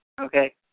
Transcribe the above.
Okay